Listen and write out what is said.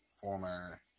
Former